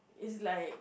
it's like